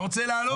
אתה רוצה להעלות?